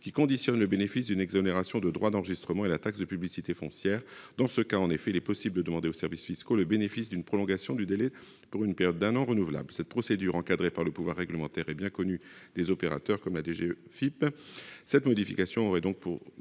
qui conditionne le bénéfice d'une exonération de droits d'enregistrement et la taxe de publicité foncière. Dans ce cas, en effet, il est possible de demander aux services fiscaux le bénéfice d'une prolongation de délai pour une période d'un an renouvelable. Cette procédure, encadrée par le pouvoir réglementaire, est bien connue des opérateurs comme de la DGFiP.